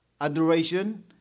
adoration